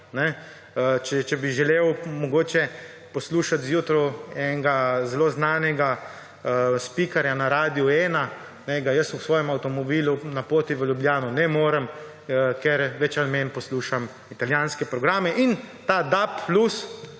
Če bi želel mogoče poslušati zjutraj enega zelo znanega spikerja na Radiu 1, ga v svojem avtomobilu na poti v Ljubljano ne morem, ker več ali manj poslušam italijanske programe in ta DAB+